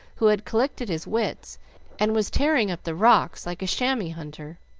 who had collected his wits and was tearing up the rocks like a chamois hunter.